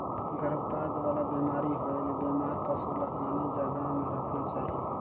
गरभपात वाला बेमारी होयले बेमार पसु ल आने जघा में रखना चाही